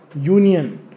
union